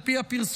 על פי הפרסומים,